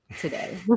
today